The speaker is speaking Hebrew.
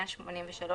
183,